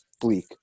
bleak